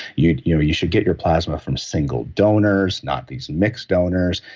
you you know you should get your plasma from single donors not these mixed donors.